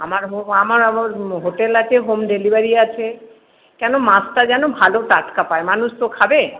আমার আমার আবার হোটেল আছে হোম ডেলিভারি আছে কেন মাছটা যেন ভালো টাটকা পাই মানুষ তো খাবে